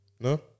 No